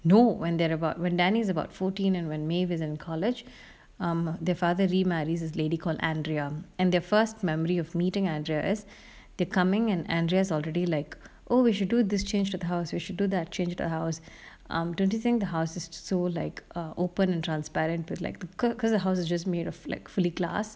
no when thery're about when danny's about fourteen and when maeve is in college um the father remarries this lady called andrea and their first memory of meeting andrea is they come in and andreas already like oh we should do this change to the house we should do that change the house um the only thing is the hous is so like err open and transparent like ca~ because the house is just made of like fully glass